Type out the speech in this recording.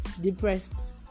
depressed